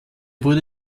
wurde